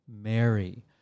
Mary